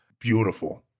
beautiful